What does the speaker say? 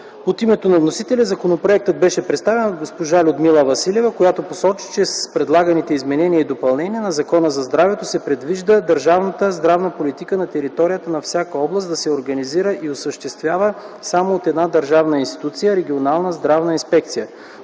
От името на вносителя законопроектът беше представен от госпожа Людмила Василева, която посочи, че с предлаганите изменения и допълнения в Закона за здравето се предвижда държавната здравна политика на територията на всяка област да се организира и осъществява само от една държавна институция – Регионална здравна инспекция.